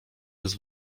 jest